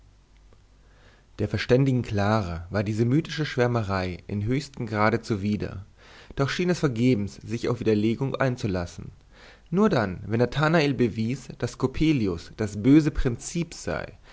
der verständigen clara war diese mystische schwärmerei im höchsten grade zuwider doch schien es vergebens sich auf widerlegung einzulassen nur dann wenn nathanael bewies daß coppelius das böse prinzip sei